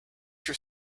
your